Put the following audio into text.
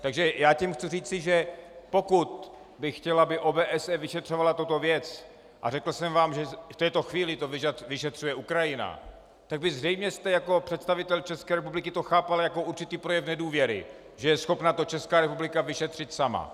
Takže já tím chci říci, že pokud bych chtěl, aby OBSE vyšetřovala tuto věc, a řekl jsem vám, že v této chvíli to vyšetřuje Ukrajina, tak vy zřejmě jste jako představitel České republiky to chápal jako určitý projev nedůvěry, že je schopna to Česká republika vyšetřit sama.